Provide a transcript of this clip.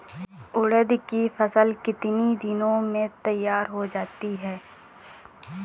उड़द की फसल कितनी दिनों में तैयार हो जाती है?